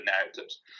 narratives